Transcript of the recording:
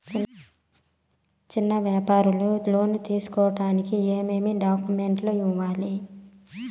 చిన్న వ్యాపారులు లోను తీసుకోడానికి ఏమేమి డాక్యుమెంట్లు ఇవ్వాలి?